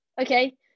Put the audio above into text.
okay